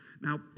Now